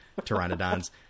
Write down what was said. pteranodons